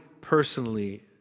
personally